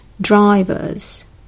drivers